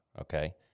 Okay